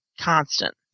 constant